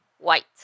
white